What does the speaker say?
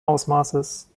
ausmaßes